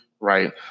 Right